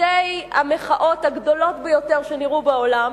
שתי המחאות הגדולות ביותר שנראו בעולם,